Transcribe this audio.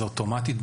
היא אוטומטית,